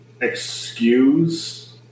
excuse